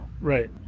Right